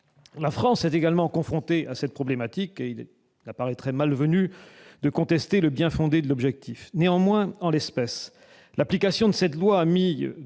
La France est également confrontée à cette problématique et il apparaîtrait malvenu de contester le bien-fondé de l'objectif. Néanmoins, en l'espèce, l'application de cette loi a mis